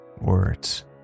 words